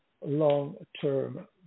long-term